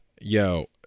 Yo